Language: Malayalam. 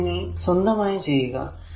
ഇത് നിങ്ങൾ സ്വന്തമായി ചെയ്യുക